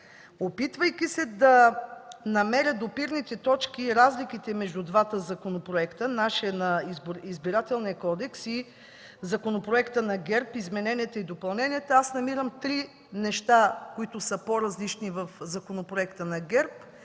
Опитвайки се да намеря допирните точки и разликите между двата проекта – нашият Изборен кодекс и законопроектът за изменение и допълнение на ГЕРБ, намирам три неща, които са по-различни в законопроекта на ГЕРБ